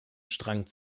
strang